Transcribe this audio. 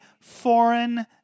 foreign